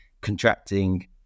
contracting